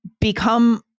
become